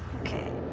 ok.